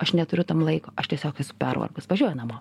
aš neturiu tam laiko aš tiesiog pervargus važiuoju namo